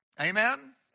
Amen